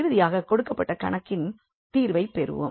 இறுதியாக கொடுக்கப்பட்ட கணக்கின் தீர்வைப் பெறுவோம்